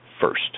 first